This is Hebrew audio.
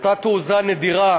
אותה תעוזה נדירה